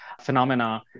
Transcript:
phenomena